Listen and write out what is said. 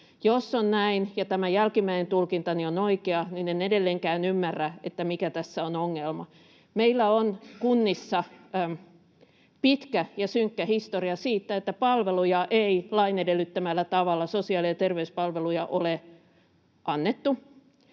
Jos on näin ja tämä jälkimmäinen tulkintani on oikea, niin en edelleenkään ymmärrä, mikä tässä on ongelma. Meillä on kunnissa pitkä ja synkkä historia siitä, että sosiaali- ja terveyspalveluja ei lain